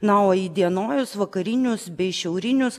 na o įdienojus vakarinius bei šiaurinius